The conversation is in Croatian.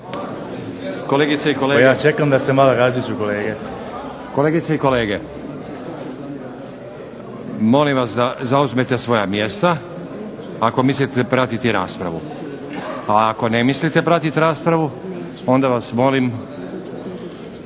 Kolegice i kolege molim vas da zauzmete svoja mjesta ako mislite pratiti raspravu, a ako ne mislite pratiti raspravu onda vas molim